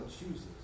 chooses